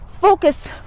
focus